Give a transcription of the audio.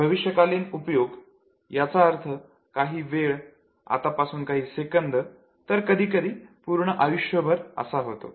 भविष्यकालीन उपयोग याचा अर्थ काही वेळ आता पासून काही सेकंद तर कधी कधी संपूर्ण आयुष्यभर असा होतो